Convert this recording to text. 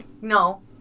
No